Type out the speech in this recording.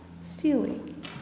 stealing